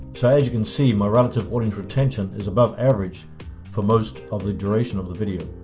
so as you can see, my relative audience retention is above average for most of the duration of the video.